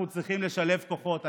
אנחנו צריכים לשלב כוחות.